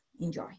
enjoy